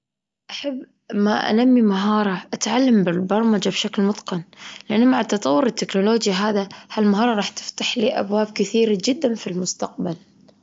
أحب ما أنمي مهارة أتعلم بالبرمجة بشكل متقن، لأن مع تطور التكنولوجيا هذا هالمهارة راح تفتحلي أبواب كثيرة جدا في المستقبل.